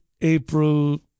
April